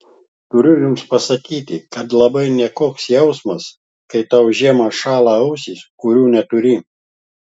turiu jums pasakyti kad labai nekoks jausmas kai tau žiemą šąla ausys kurių neturi